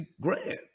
grand